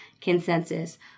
consensus